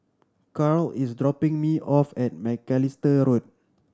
Carl is dropping me off at Macalister Road